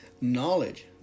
knowledge